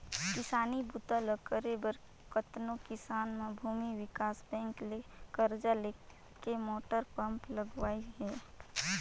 किसानी बूता ल करे बर कतनो किसान मन भूमि विकास बैंक ले करजा लेके मोटर पंप लगवाइन हें